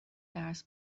درس